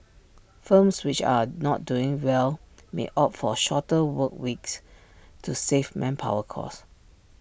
firms which are not doing well may opt for shorter work weeks to save manpower costs